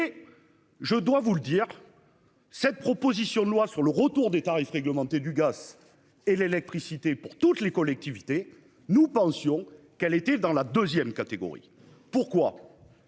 et. Je dois vous le dire.-- Cette proposition de loi sur le retour des tarifs réglementés du gaz et l'électricité pour toutes les collectivités, nous pensions qu'elle était dans la 2ème catégorie pourquoi.--